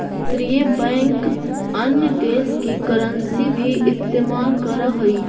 केन्द्रीय बैंक अन्य देश की करन्सी भी इस्तेमाल करअ हई